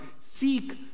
seek